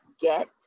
get